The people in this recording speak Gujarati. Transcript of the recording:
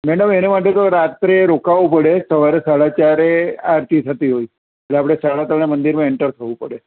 મેડમ એના માટે તો રાત્રે રોકાવું પડે સવારે સાડા ચારે આરતી થતી હોય છે તો આપણે સાડા ત્રણે મંદિરમાં એન્ટર થવું પડે